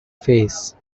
face